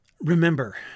remember